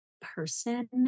person